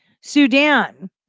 Sudan